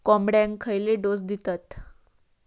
कोंबड्यांक खयले डोस दितत?